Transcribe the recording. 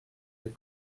des